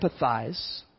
empathize